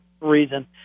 reason